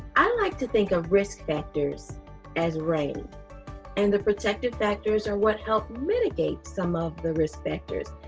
i like to think of risk factors as rain and the protective factors are what help mitigate some of the risk factors.